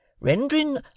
rendering